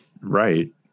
Right